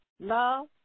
love